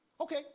Okay